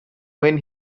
when